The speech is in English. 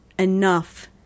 enough